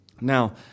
Now